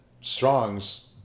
Strong's